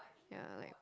ya like